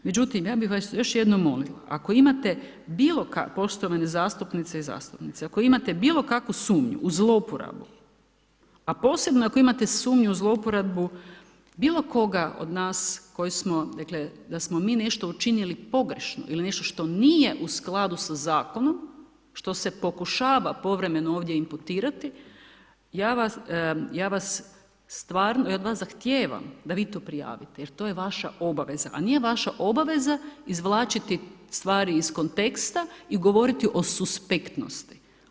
Međutim ja vas još jednom molim, ako imate bilokakvu, poštovane zastupnice i zastupnici, ako imate bilokakvu sumnju u zlouporabu a posebno ako imate sumnju u zlouporabu bilokoga od nas koji smo, dakle da smo mi nešto učinili pogrešno ili nešto što nije u skladu sa zakonom, što se pokušava povremeno ovdje imputirati, ja vas stvarno, ja od vas zahtijevam da vi to prijavite jer to je vaš obaveza a nije vaša obaveza izvlačiti stvari iz konteksta i govoriti o suspektnosti.